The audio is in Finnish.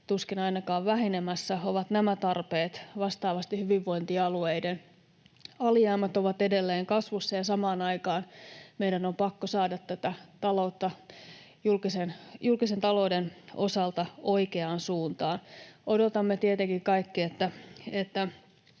tuskin ainakaan vähenemässä ovat nämä tarpeet. Vastaavasti hyvinvointialueiden alijäämät ovat edelleen kasvussa, ja samaan aikaan meidän on pakko saada tätä taloutta julkisen talouden osalta oikeaan suuntaan. Odotamme tietenkin kaikki, että